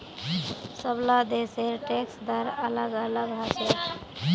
सबला देशेर टैक्स दर अलग अलग ह छेक